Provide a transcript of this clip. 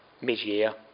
mid-year